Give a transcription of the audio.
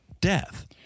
death